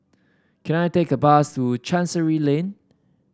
can I take a bus to Chancery Lane